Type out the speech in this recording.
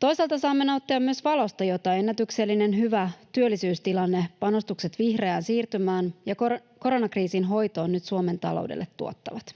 Toisaalta saamme nauttia myös valosta, jota ennätyksellisen hyvä työllisyystilanne, panostukset vihreään siirtymään ja koronakriisin hoitoon nyt Suomen taloudelle tuottavat.